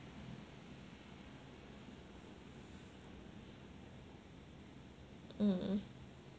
mm